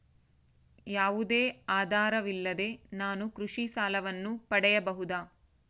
ಯಾವುದೇ ಆಧಾರವಿಲ್ಲದೆ ನಾನು ಕೃಷಿ ಸಾಲವನ್ನು ಪಡೆಯಬಹುದಾ?